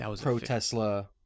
pro-Tesla